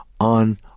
on